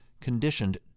conditioned